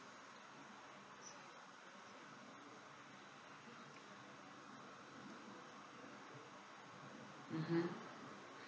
mmhmm